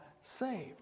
saved